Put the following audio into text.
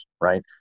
right